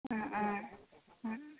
অঁ অঁ অঁ